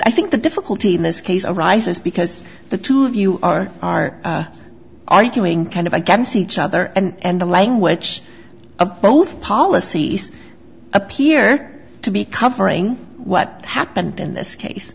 i think the difficulty in this case arises because the two of you are are arguing kind of against each other and the language of both policies appear to be covering what happened in this case